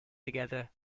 together